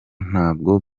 ntabwo